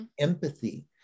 empathy